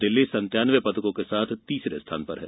दिल्ली सत्तान्नवे पदकों के साथ तीसरे स्थान पर है